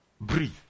breathe